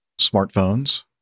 smartphones